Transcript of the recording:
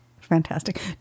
fantastic